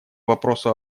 вопросу